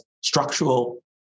structural